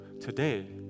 Today